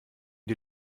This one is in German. die